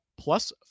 Plus